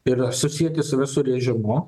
ir susieti su visu režimu